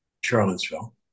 Charlottesville